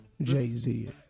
Jay-Z